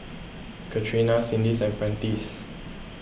Catrina and Prentiss